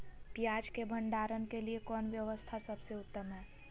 पियाज़ के भंडारण के लिए कौन व्यवस्था सबसे उत्तम है?